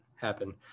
happen